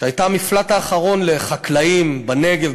שהייתה המפלט האחרון לחקלאים בנגב,